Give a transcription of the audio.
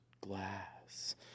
glass